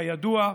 כידוע,